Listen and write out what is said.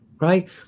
right